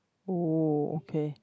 oh okay